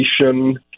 Education